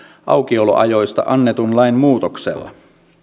aukioloajoista annetun lain muutoksella